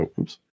oops